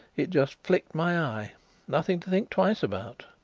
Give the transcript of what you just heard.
it just flicked my eye nothing to think twice about.